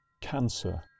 Cancer